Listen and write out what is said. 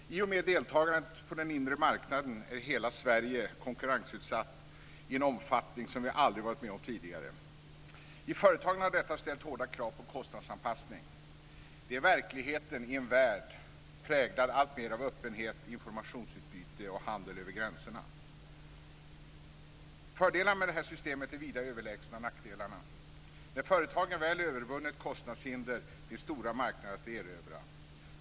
Herr talman! I och med deltagandet på den inre marknaden är hela Sverige konkurrensutsatt i en omfattning som vi aldrig varit med om tidigare. I företagen har detta ställt hårda krav på kostnadsanpassning. Det är verkligheten i en värld präglad alltmer av öppenhet, informationsutbyte och handel över gränserna. Fördelarna med det här systemet är vida överlägsna nackdelarna. När företagen väl övervunnit kostnadshinder finns det stora marknader att erövra.